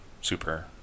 super